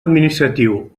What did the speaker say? administratiu